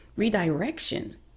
Redirection